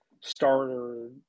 starter